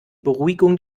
beruhigung